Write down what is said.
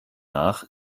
nach